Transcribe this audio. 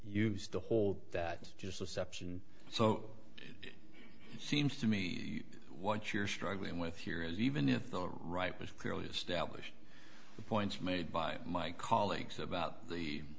used to hold that just the steps and so it seems to me what you're struggling with here is even if the right was clearly established the points made by my colleagues about the